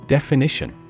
Definition